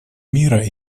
мира